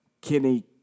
Kenny